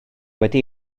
wedi